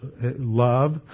love